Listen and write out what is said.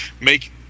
make